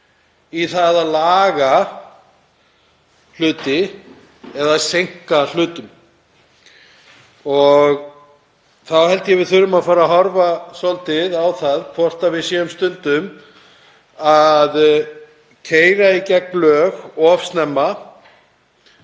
í það að laga hluti eða seinka hlutum. Þá held ég að við þurfum að fara að horfa svolítið á það hvort við séum stundum að keyra í gegn lög of snemma